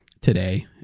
today